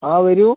ആ വരൂ